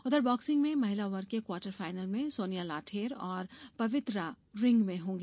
उधर बॉक्सिंग में महिलावर्ग के क्वार्टर फाइनल में सोनिया लाठेर और पवित्रा रिंग में होंगी